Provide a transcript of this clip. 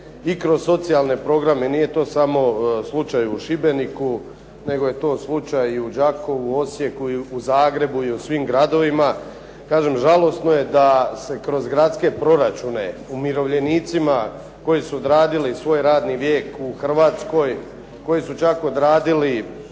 i kroz socijalne programe, nije to samo slučaj u Šibeniku, nego je tu slučaj i u Đakovu, Osijeku i u Zagrebu i u svim gradovima. Kažem, žalosno je da se kroz gradske proračune umirovljenicima koji su odradili svoj radni vijek u Hrvatskoj, koji su čak odradili